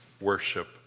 worship